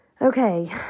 Okay